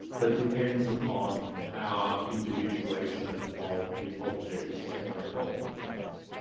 but depends upon our individuation of the objects that are involved in events.